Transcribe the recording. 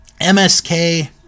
MSK